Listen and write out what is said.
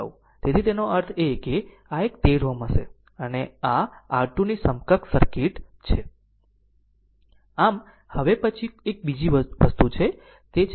તેથી તેનો અર્થ એ કે આ એક 13 Ω હશે અને આ r2 ની સમકક્ષ સર્કિટ છે આમ હવે પછી એક બીજુ તે છે